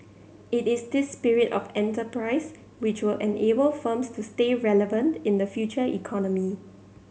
it is this spirit of enterprise which will enable firms to stay relevant in the future economy